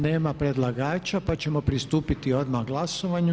Nema predlagača, pa ćemo pristupiti odmah glasovanju.